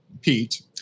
Pete